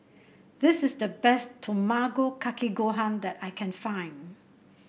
this is the best Tamago Kake Gohan that I can find